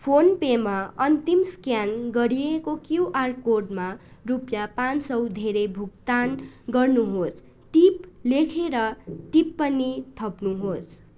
phone पेमा अन्तिम scan गरिएको क्युआर कोडमा रुपियाँ पाँच सय धेरै भुक्तान गर्नुहोस् टिप लेखेर टिप पनि थप्नुहोस्